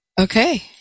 Okay